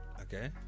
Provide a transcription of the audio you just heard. Okay